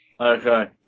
Okay